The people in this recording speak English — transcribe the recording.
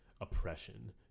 oppression